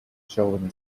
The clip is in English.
sheldon